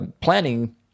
planning